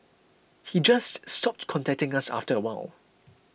he just stopped contacting us after a while